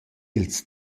ils